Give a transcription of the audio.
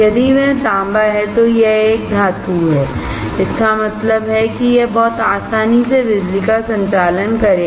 यदि यह तांबा है तो यह एक धातु है इसका मतलब है कि यह बहुत आसानी से बिजली का संचालन करेगा